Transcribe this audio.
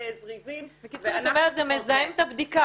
זריזים -- בקיצור אז את אומרת שזה מזהם את הבדיקה.